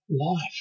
Life